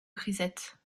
grisettes